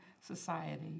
society